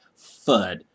FUD